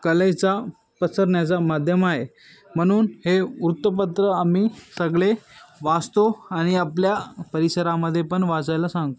कलेचा पसरण्याचा माध्यम आहे म्हणून हे वृत्तपत्र आम्ही सगळे वाचतो आणि आपल्या परिसरामध्ये पण वाचायला सांगतो